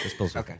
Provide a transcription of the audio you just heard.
Okay